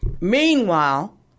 Meanwhile